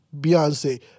Beyonce